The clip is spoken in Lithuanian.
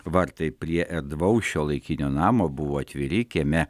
vartai prie erdvaus šiuolaikinio namo buvo atviri kieme